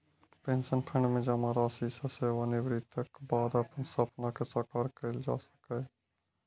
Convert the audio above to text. pension fund मे जमा राशि सं सेवानिवृत्तिक बाद अपन सपना कें साकार कैल जा सकैए